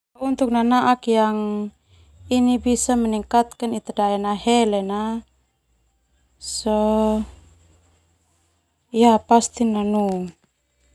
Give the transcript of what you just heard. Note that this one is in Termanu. Untuk nanaak yang ini bisa meningkatkan ita daya nahelena sona pasti nanu.